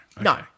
No